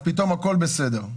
אז פתאום הכול בסדר.